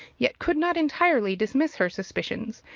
yet could not entirely dismiss her suspicions,